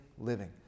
living